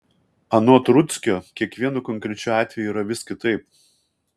anot rudzkio kiekvienu konkrečiu atveju yra vis kitaip